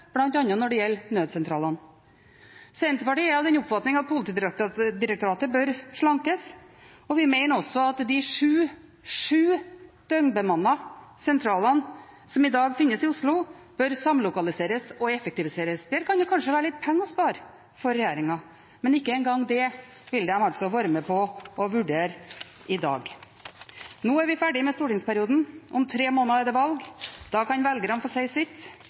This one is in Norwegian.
bl.a. når det gjelder nødsentralene. Senterpartiet er av den oppfatning at Politidirektoratet bør slankes, og vi mener også at de sju – sju! – døgnbemannede sentralene som i dag finnes i Oslo, bør samlokaliseres og effektiviseres. Der kan det kanskje være litt penger å spare for regjeringen. Men ikke en gang det vil de være med på å vurdere i dag. Nå er vi ferdig med stortingsperioden. Om tre måneder er det valg. Da kan velgerne få si sitt